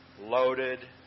Loaded